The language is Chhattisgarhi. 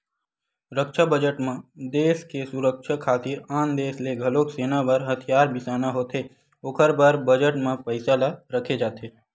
रक्छा बजट म देस के सुरक्छा खातिर आन देस ले घलोक सेना बर हथियार बिसाना होथे ओखर बर बजट म पइसा ल रखे जाथे